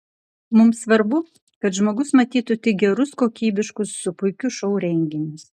mums svarbu kad žmogus matytų tik gerus kokybiškus su puikiu šou renginius